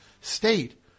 state